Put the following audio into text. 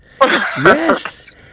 Yes